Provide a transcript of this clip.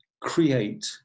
create